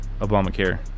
Obamacare